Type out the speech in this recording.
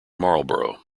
marlborough